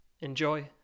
Enjoy